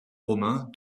romains